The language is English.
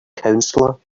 counselor